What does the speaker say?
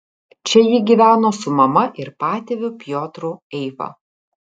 čia ji gyveno su mama ir patėviu piotru eiva